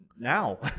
Now